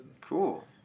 Cool